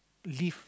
leave